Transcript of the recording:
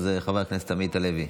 אז חבר הכנסת עמית הלוי.